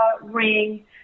ring